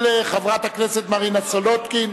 של חברת הכנסת מרינה סולודקין.